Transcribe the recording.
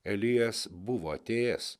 elijas buvo atėjęs